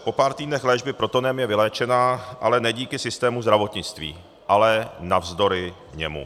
Po pár týdnech léčby protonem je vyléčená, ale ne díky systému zdravotnictví, ale navzdory němu.